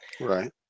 Right